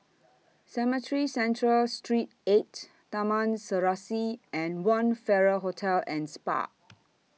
Cemetry Central Street eight Taman Serasi and one Farrer Hotel and Spa